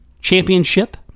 championship